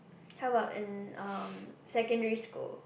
how about in um secondary school